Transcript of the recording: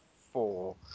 four